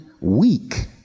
weak